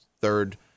third